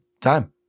Time